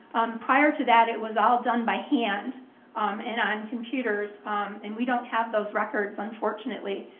prior to that it was all done by hand um and on computers um and we don't have those records, unfortunately.